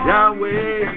Yahweh